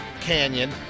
canyon